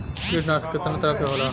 कीटनाशक केतना तरह के होला?